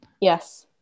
Yes